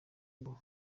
ngo